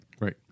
Right